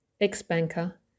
ex-banker